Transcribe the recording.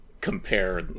compare